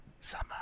summer